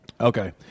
Okay